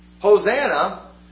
Hosanna